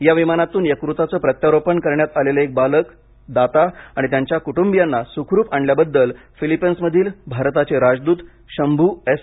या विमानातून यक्रताचं प्रत्यारोपण करण्यात आलेलं एक बालक दाता आणि त्यांच्या कुटुंबीयांना सुखरूप आणल्याबद्दल फिलिपिन्समधील भारताचे राजदूत शंभू एस